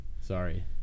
Sorry